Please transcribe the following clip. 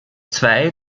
zwei